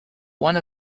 one